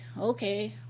okay